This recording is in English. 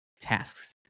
Tasks